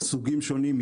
סוגים שונים,